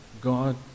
God